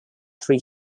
three